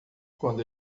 quando